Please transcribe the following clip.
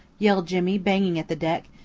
yelled jimmy, banging at the deck.